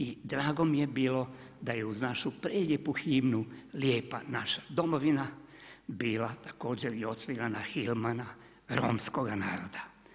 I drago mi je bilo da je uz našu prelijepu himnu „Lijepa naša domovina“ bila također i odsvirana himna Romskoga naroda.